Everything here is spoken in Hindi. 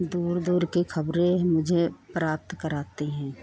दूर दूर की खबरें भी मुझे प्राप्त कराती हैं